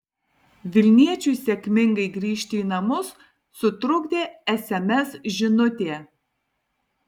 vilniečiui sėkmingai grįžti į namus sutrukdė sms žinutė